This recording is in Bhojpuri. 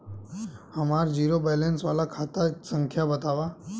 हमार जीरो बैलेस वाला खाता संख्या वतावा?